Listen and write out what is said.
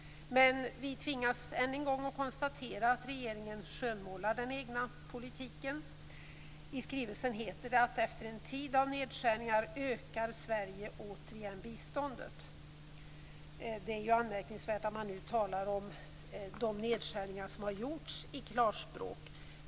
Men vi tvingas än en gång konstatera att regeringen skönmålar den egna politiken. I skrivelsen heter det att efter en tid av nedskärningar ökar Sverige återigen biståndet. Det är anmärkningsvärt att man nu i klarspråk talar om de nedskärningar som gjorts.